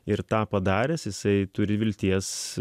ir tą padaręs jisai turi vilties